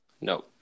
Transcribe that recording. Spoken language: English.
No